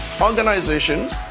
organizations